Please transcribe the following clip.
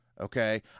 Okay